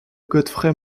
godfrey